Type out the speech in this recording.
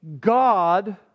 God